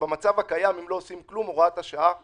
במצב הקיים אם לא עושים כלום, הוראת השעה פוקעת,